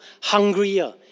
hungrier